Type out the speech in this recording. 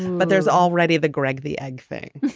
but there's already the greg the egg thing.